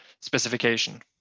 specification